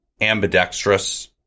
ambidextrous